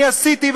ואני עשיתי,